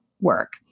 work